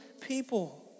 people